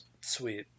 sweet